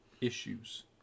issues